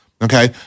Okay